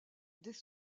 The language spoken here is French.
des